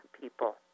people